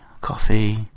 coffee